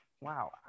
wow